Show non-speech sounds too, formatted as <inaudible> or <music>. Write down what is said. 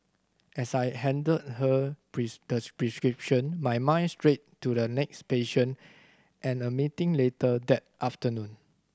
as I handed her <unintelligible> the prescription my mind strayed to the next patient and a meeting later that afternoon